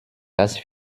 das